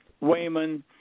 Wayman